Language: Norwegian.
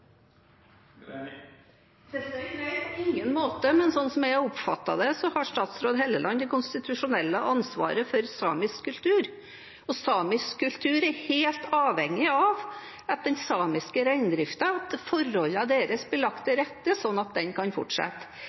Nei, på ingen måte, men sånn som jeg oppfattet det, har statsråd Hofstad Helleland det konstitusjonelle ansvaret for samisk kultur, og samisk kultur er helt avhengig av at forholdene blir lagt til rette i den samiske reindriften sånn at den kan fortsette.